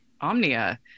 omnia